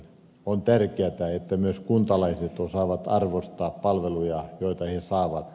on tärkeätä että myös kuntalaiset osaavat arvostaa palveluja joita he saavat